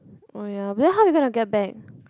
oh ya because how are you going to get back